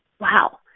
Wow